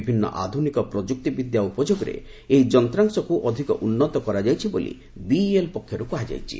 ବିଭିନ୍ନ ଆଧୁନିକ ପ୍ରଯୁକ୍ତିବିଦ୍ୟା ଉପଯୋଗରେ ଏହି ଯନ୍ତ୍ରାଂଶକୁ ଅଧିକ ଉନ୍ନତ କରାଯାଇଛି ବୋଲି ବିଇଏଲ୍ ପକ୍ଷରୁ କୁହାଯାଇଛି